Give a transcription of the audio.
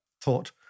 thought